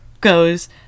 goes